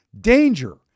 Danger